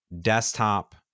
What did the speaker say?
desktop